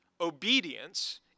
Obedience